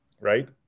right